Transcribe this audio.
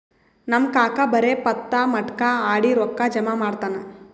ನಮ್ ಕಾಕಾ ಬರೇ ಪತ್ತಾ, ಮಟ್ಕಾ ಆಡಿ ರೊಕ್ಕಾ ಜಮಾ ಮಾಡ್ತಾನ